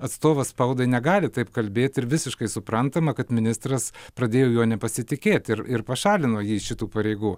atstovas spaudai negali taip kalbėt ir visiškai suprantama kad ministras pradėjo juo nepasitikėti ir ir pašalino jį iš šitų pareigų